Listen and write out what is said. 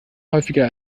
häufiger